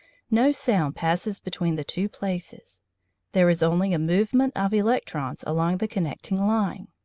no sound passes between the two places there is only a movement of electrons along the connecting line.